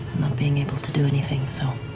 not being able to do anything. so